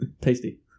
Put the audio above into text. Tasty